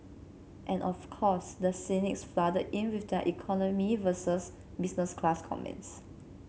and of course the cynics flooded in with their economy versus business class comments